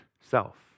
self